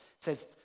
says